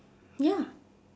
ya